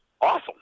awesome